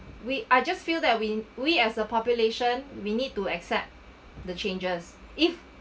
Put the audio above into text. we I just feel that we we as a population we need to accept the changes if